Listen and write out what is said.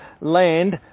land